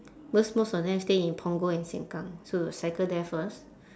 because most of them stay in punggol and sengkang so we'll cycle there first